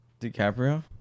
DiCaprio